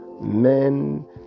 Men